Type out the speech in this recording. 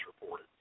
reported